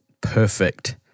perfect